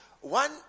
one